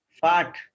fat